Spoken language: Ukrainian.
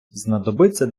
знадобиться